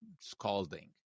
scalding